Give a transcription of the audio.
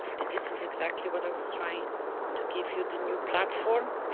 and this is exactly what i was trying to give you the new platform